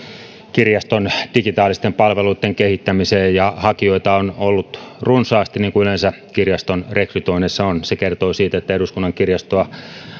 kirjaston digitaalisten palveluitten kehittämiseen ja hakijoita on ollut runsaasti niin kuin yleensä kirjaston rekrytoinneissa on se kertoo siitä että eduskunnan kirjastoa